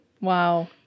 Wow